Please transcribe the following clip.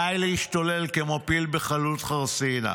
די, די להשתולל כמו פיל בחנות חרסינה,